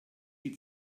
die